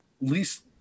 least